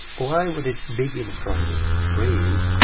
why would it begin from three?